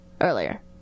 earlier